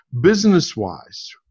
business-wise